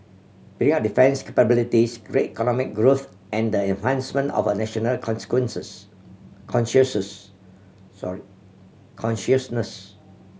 building up defence capabilities great economic growth and the enhancement of a national sorry consciousness